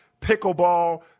pickleball